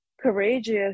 courageous